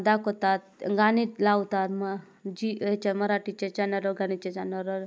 दाखवतात गाणी लावतात मग जी याच्या मराठीच्या चॅनलवर गाण्याच्या चॅनलवर